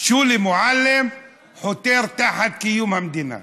שולי מועלם כחותר תחת קיום המדינה?